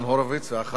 חבר הכנסת